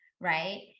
right